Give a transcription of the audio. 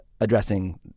addressing